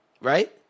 right